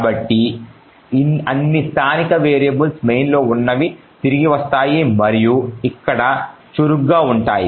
కాబట్టి అన్ని స్థానిక వేరియబుల్స్ మెయిన్ లో ఉన్నవి తిరిగి వస్తాయి మరియు ఇక్కడ చురుకుగా ఉంటాయి